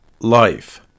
life